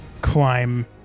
climb